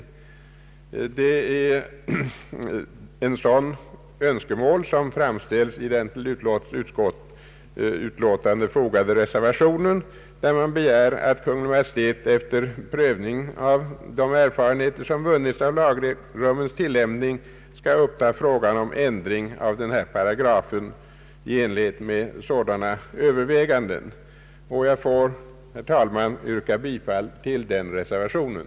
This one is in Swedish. Det är ett sådant önskemål som framställs i den till utskottsutlåtandet fogade reservationen, vari begärs att Kungl. Maj:t efter prövning av de erfarenheter som har vunnits av lagrummets tillämpning skall uppta frågan om en ändring av denna paragraf till övervägande. Jag får, herr talman, yrka bifall till den reservationen.